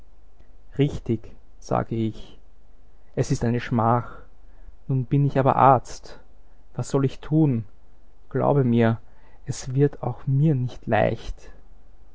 richtig sage ich es ist eine schmach nun bin ich aber arzt was soll ich tun glaube mir es wird auch mir nicht leicht